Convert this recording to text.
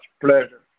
pleasure